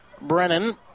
Brennan